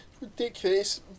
ridiculous